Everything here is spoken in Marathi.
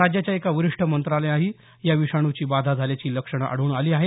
राज्याच्या एका वरिष्ठ मंत्र्यालाही या विषाणूची बाधा झाल्याची लक्षण आढळून आली आहेत